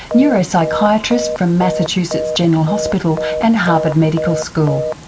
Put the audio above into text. neuropsychiatrist from massachusetts general hospital and harvard medical school,